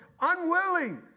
Unwilling